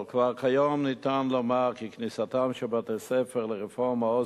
אבל כבר כיום ניתן לומר כי כניסתם של בתי-ספר לרפורמה "עוז